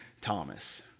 Thomas